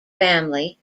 family